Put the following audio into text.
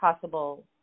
possible